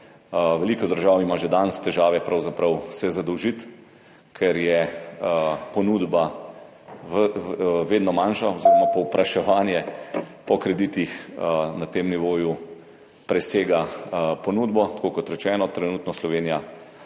Veliko držav se ima pravzaprav že danes težavo zadolžiti, ker je ponudba vedno manjša oziroma povpraševanje po kreditih na tem nivoju presega ponudbo. Tako kot rečeno, trenutno Slovenija